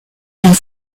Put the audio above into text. and